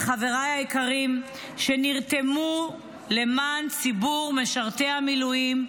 ולחבריי היקרים שנרתמו למען ציבור משרתי המילואים,